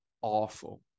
awful